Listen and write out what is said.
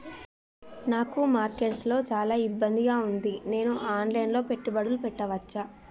నాకు మార్కెట్స్ లో చాలా ఇబ్బందిగా ఉంది, నేను ఆన్ లైన్ లో పెట్టుబడులు పెట్టవచ్చా?